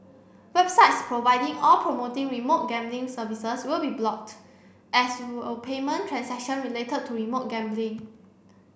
websites providing or promoting remote gambling services will be blocked as will payment transactions related to remote gambling